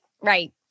right